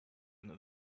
into